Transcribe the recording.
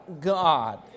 God